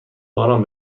باران